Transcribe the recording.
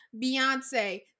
Beyonce